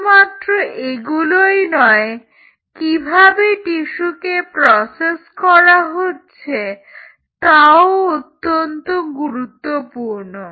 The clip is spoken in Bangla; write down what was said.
শুধুমাত্র এগুলোই নয় কিভাবে টিস্যুকে প্রসেস করা হচ্ছে তাও অত্যন্ত গুরুত্বপূর্ণ